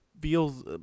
feels